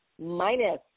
minus